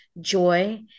joy